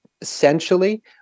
essentially